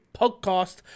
podcast